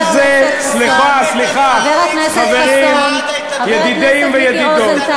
חבר הכנסת חסון, ראש בית"ר.